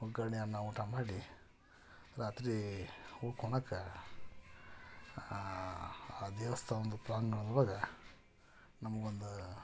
ಒಗ್ಗರ್ಣೆ ಅನ್ನ ಊಟ ಮಾಡಿ ರಾತ್ರಿ ಉಳ್ಕೊಳಕ ಆ ದೇವಸ್ಥಾನದ ಪ್ರಾಂಗಣದ ಒಳಗೆ ನಮ್ಗೊಂದು